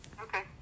Okay